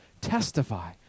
testify